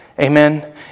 Amen